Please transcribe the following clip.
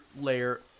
layer